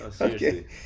Okay